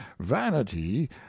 vanity